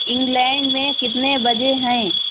England میں کتنے بجے ہیں